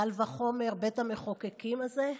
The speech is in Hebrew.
קל וחומר בבית המחוקקים הזה,